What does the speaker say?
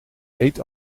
eet